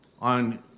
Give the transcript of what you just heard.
On